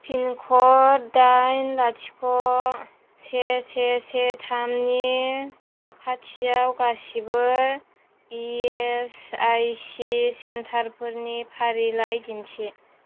पिनक'ड दाइन लाथिख' से से से थामनि साखाथियाव गासिबो इ एस आइ सि सेन्टारफोरनि फारिलाइ दिन्थि